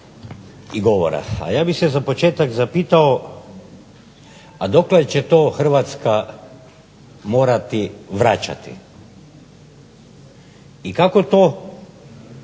i govora, a ja bih se za početak zapitao, a dokle će to Hrvatska morati vraćati i kako to